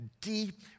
deep